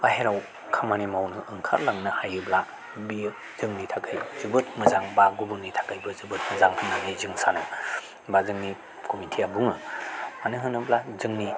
बाहेराव खामानि मावनो ओंखारलांनो हायोब्ला बेयो जोंनि थाखै मोजां एबा गुबुननि थाखैबो जोबोद मोजां होननानै जों सानो एबा जोंनि कमिटिआ बुङो मानो होनोब्ला जोंनि